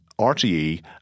RTE